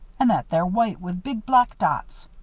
and that there white with big black spots.